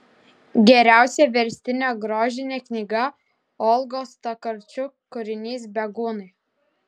geriausia verstine grožine knyga olgos tokarčuk kūrinys bėgūnai